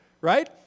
right